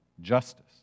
justice